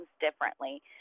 differently